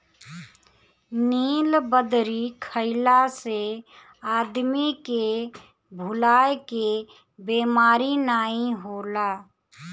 नीलबदरी खइला से आदमी के भुलाए के बेमारी नाइ होला